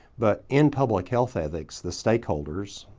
but in public health ethics the stakeholders,